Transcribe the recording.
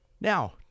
Now